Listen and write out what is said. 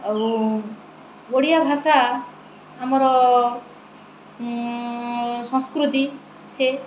ଆଉ ଓଡ଼ିଆ ଭାଷା ଆମର ସଂସ୍କୃତି ସେ